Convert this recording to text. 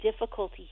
difficulty